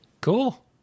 Cool